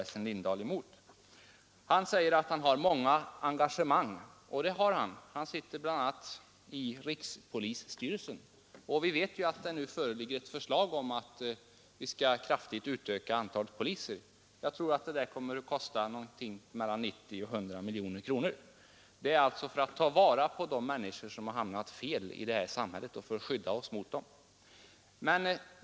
Essen Lindahl säger att han har många engagemang, och det har han. Han sitter bl.a. i rikspolisstyrelsen. Vi vet att det nu föreligger ett förslag om ett kraftigt utökat antal poliser — jag tror att genomförandet av förslaget kommer att kosta mellan 90 miljoner och 100 miljoner kronor. Den åtgärden vidtas för att vi skall kunna ta vara på de människor som har hamnat fel i det här samhället och för att vi skall kunna skydda oss mot brott.